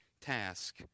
task